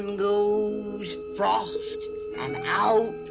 in frost, and out